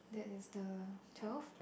that is the twelve